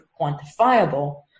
quantifiable